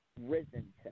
risen